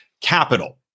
capital